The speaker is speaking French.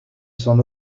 son